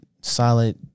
Solid